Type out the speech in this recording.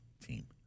team